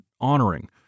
honoring